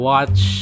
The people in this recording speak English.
Watch